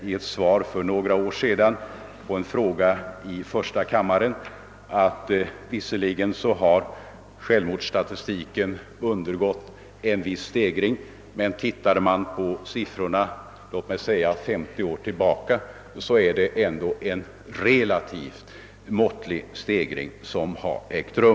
I ett svar för några år sedan i första kammaren framhöll jag att självmordsfrekvensen visserligen har undergått en viss stegring i vårt land, men att det, om man studerar siffrorna för låt mig säga 50 år tillbaka, ändå är en relativt måttlig stegring som har ägt rum.